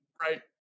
right